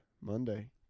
Monday